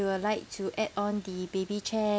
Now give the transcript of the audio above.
you would like to add on the baby chairs